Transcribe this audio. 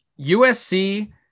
USC